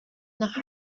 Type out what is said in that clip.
nach